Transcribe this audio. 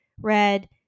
Red